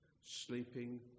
sleeping